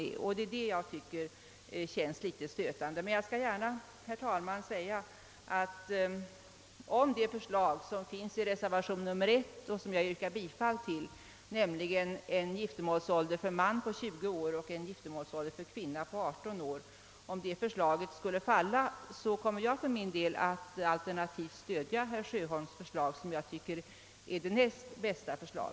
Jag tycker att detta verkar föga tilltalande. Jag vill emellertid säga att jag, för den händelse att förslaget i reservationen 1 — som jag yrkar bifall till — om en giftermålsålder för man på 20 år och för kvinna på 18 år skulle falla, för min del alternativt kommer att stödja herr Sjöholms förslag som jag tycker är det näst bästa.